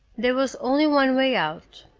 there was only one way out.